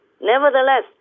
Nevertheless